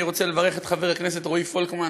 אני רוצה לברך את חבר הכנסת רועי פולקמן,